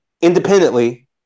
independently